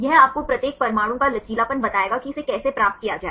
यह आपको प्रत्येक परमाणु का लचीलापन बताएगा कि इसे कैसे प्राप्त किया जाए